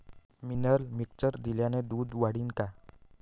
Mineral mixture दिल्यानं दूध वाढीनं का?